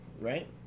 right